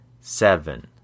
seven